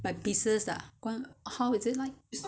by pieces ah or how is it like